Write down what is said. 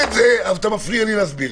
מפריע לי להסביר.